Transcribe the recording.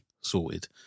sorted